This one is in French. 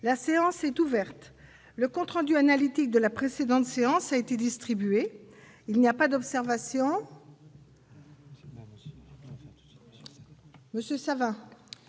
La séance est ouverte. Le compte rendu analytique de la précédente séance a été distribué. Il n'y a pas d'observation ?... Le